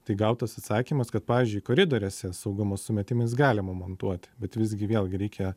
tai gautas atsakymas kad pavyzdžiui koridoriuose saugumo sumetimais galima montuoti bet visgi vėlgi reikia